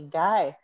guy